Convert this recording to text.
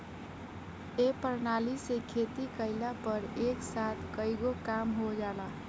ए प्रणाली से खेती कइला पर एक साथ कईगो काम हो जाला